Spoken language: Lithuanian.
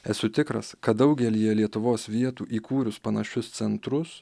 esu tikras kad daugelyje lietuvos vietų įkūrus panašius centrus